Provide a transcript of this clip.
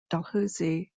dalhousie